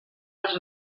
dels